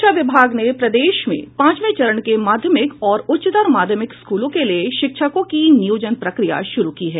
शिक्षा विभाग ने प्रदेश में पाचवें चरण के माध्यमिक और उच्चतर माध्यमिक स्कूलों के लिए शिक्षकों की नियोजन प्रक्रिया शुरू की है